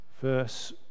verse